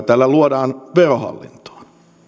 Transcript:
tällä luodaan työpaikkoja verohallintoon